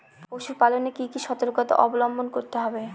পশুপালন এ কি কি সর্তকতা অবলম্বন করতে হবে?